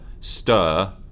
stir